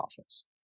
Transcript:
office